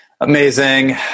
Amazing